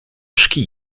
ski